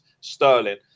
sterling